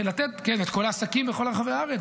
ולתת לכל העסקים ברחבי הארץ,